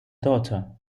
daughter